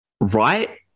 right